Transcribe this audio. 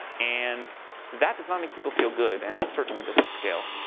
and that does not make people feel good and it certainly doesn't scale.